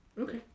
Okay